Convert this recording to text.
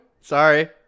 Sorry